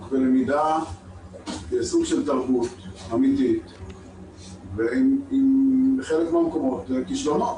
ולמידה כסוג של תרבות אמיתית ובחלק מהמקומות כישלונות.